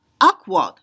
awkward